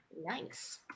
Nice